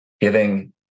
giving